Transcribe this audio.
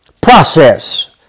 process